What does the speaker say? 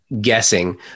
guessing